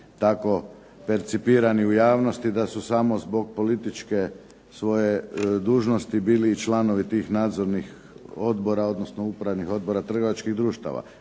tako percipirani u javnosti da su samo zbog političke svoje dužnosti bili i članovi tih nadzornih odbora, odnosno upravnih odbora trgovačkih društava.